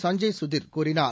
சஞ்ஜெய் சுதிர் கூறினார்